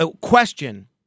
question